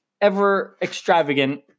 ever-extravagant